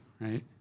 right